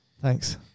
Thanks